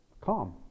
calm